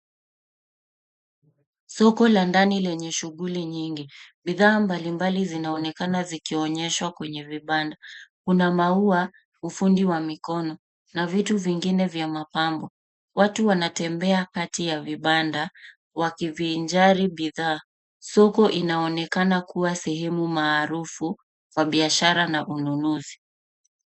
Soko la ndani leney shughuli nyingi. Bidhaa mbalimbali zinaonekana zikionyeshwa kwenye vibanda. Kuna maua, ufundi wa mikono na vitu vingine vya mapambo. Watu wanatembea kati ya vibanda wakivinjari bidhaa. Soko inaonekana kuwa sehemu maarufu kwa biashara na ununuzi.